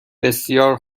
بسیار